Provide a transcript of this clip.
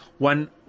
One